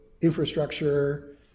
infrastructure